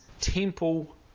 Temple